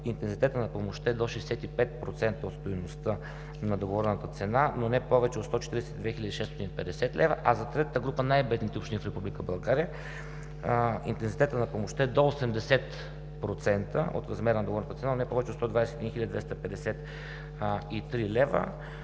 интензитетът на помощта е до 65% от стойността на договорената цена, но не повече от 142 650 лв.; за третата група – най-бедните общини в Република България, интензитетът на помощта е до 80% от размера на договорената цена, но не повече от 121 253 лв.